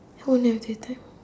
how you know if they have time